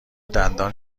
دندان